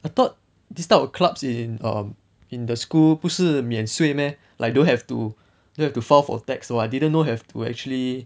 I thought this type of clubs in um in the school 不是免税 meh like don't have to don't have to file for tax oh I didn't know have to actually